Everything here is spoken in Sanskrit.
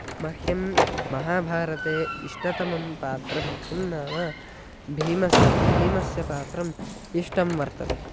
मह्यं महाभारते इष्टतमं पात्रं किं नाम भीमस्य भीमस्य पात्रम् इष्टं वर्तते